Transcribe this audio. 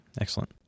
excellent